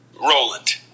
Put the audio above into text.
Roland